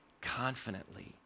confidently